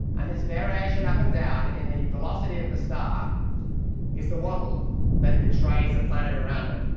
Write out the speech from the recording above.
and this variation up and down in the velocity of the star is the wobble that betrays planets around it.